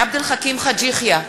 עבד אל חכים חאג' יחיא,